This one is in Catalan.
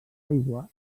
aigua